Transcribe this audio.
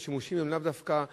השימושים הם לאו דווקא לחנייה.